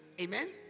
Amen